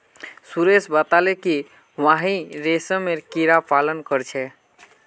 सुरेश बताले कि वहेइं रेशमेर कीड़ा पालन कर छे